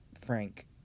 Frank